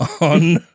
on